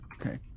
Okay